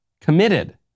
committed